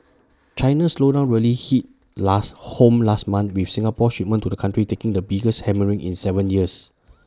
China's slowdown really hit last home last month with Singapore's shipments to the country taking the biggest hammering in Seven years